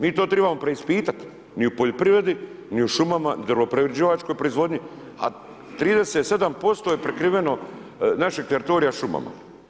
Mi to tribamo preispitati, ni u poljoprivredi, ni u šumama, ni u drvoprerađivačkoj proizvodnji, a 37% je prekriveno našeg teritorija šumama.